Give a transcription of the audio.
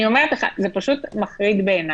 אני אומרת לך: זה פשוט מחריד בעיניי.